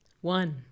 One